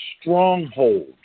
stronghold